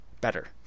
better